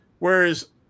Whereas